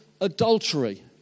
adultery